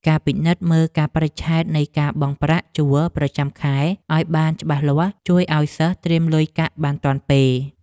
ការពិនិត្យមើលកាលបរិច្ឆេទនៃការបង់ប្រាក់ជួលប្រចាំខែឱ្យបានច្បាស់លាស់ជួយឱ្យសិស្សត្រៀមលុយកាក់បានទាន់ពេល។